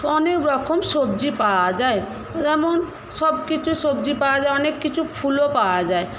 অনেক রকম সবজি পাওয়া যায় যেমন সবকিছু সবজি পাওয়া যায় অনেক কিছু ফুলও পাওয়া যায়